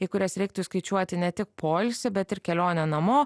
į kurias reiktų įskaičiuoti ne tik poilsį bet ir kelionę namo